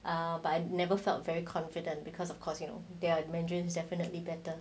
um but I never felt very confident because of course you know their mandarin is definitely better